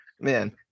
man